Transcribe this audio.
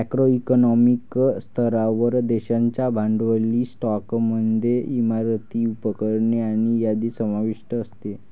macro economic स्तरावर, देशाच्या भांडवली स्टॉकमध्ये इमारती, उपकरणे आणि यादी समाविष्ट असते